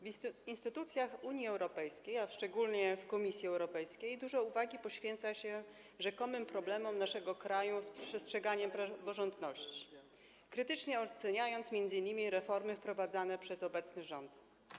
W instytucjach Unii Europejskiej, a szczególnie w Komisji Europejskiej, dużo uwagi poświęca się rzekomym problemom naszego kraju z przestrzeganiem praworządności, krytycznie oceniając m.in. reformy wprowadzane przez obecny rząd.